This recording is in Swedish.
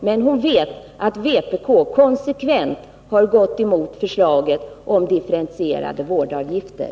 Men hon vet att vpk konsekvent har gått emot förslaget om differentierade vårdavgifter.